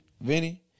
Vinny